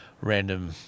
random